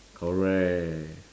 correct